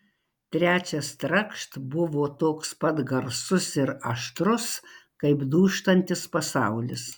trečias trakšt buvo toks pat garsus ir aštrus kaip dūžtantis pasaulis